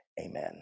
Amen